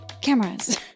Cameras